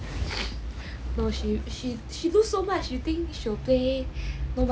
no she she she knows so much you think she'll play no money meh